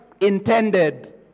intended